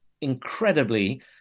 incredibly